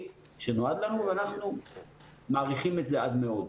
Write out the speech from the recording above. שנועד לנו ואנחנו מעריכים את זה עד מאוד,